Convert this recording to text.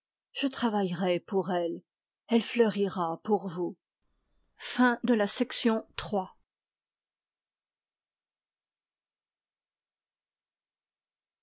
je travaillerai pour elle elle fleurira pour vous